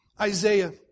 Isaiah